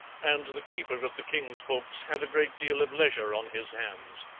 and the keeper of the king's books had a great deal of leisure on his hands.